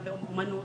לא זה